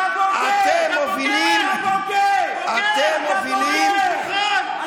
אתם מובילים, שונא ישראל.